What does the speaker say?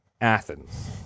Athens